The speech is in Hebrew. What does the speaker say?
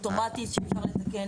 אוטומטי שאפשר לתקן.